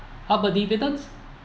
how about dividends